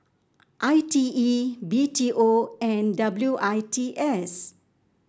I T E B T O and W I T S